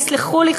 תסלחו לי,